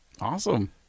Awesome